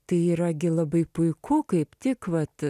tai yra gi labai puiku kaip tik vat